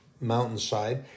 mountainside